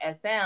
SM